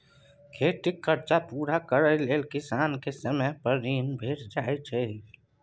खेतीक खरचा पुरा करय लेल किसान केँ समय पर ऋण भेटि जाइए